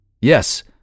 Yes